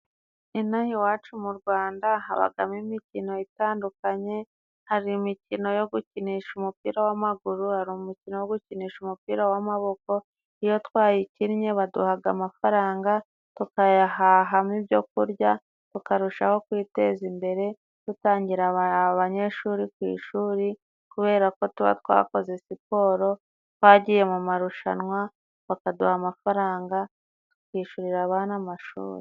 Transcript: Inaha iwacu mu rwanda habagamo imikino itandukanye hari imikino yo gukinisha umupira w'amaguru, hari umukino wo gukinisha umupira w'amaboko, iyo twayikinnye baduhaga amafaranga tukayahahamo ibyo kurya, tukarushaho kwiteza imbere dutangira banyeshuri ku ishuri ,kuberako tuba twakoze siporo twagiye mu marushanwa bakaduha amafaranga tukishurira abana amashuri.